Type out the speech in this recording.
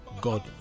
God